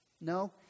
No